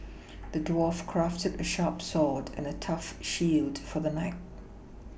the dwarf crafted a sharp sword and a tough shield for the knight